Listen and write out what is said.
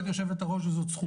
את יושבת הראש וזאת זכותך.